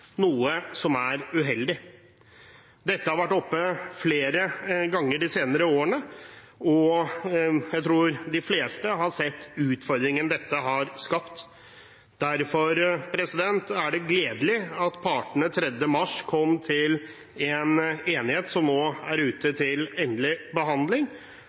noe som er uheldig. Dette har vært oppe flere ganger de senere årene, og jeg tror de fleste har sett utfordringen dette har skapt. Derfor er det gledelig at partene 3. mars kom frem til en enighet, som nå ligger ute til endelig behandling,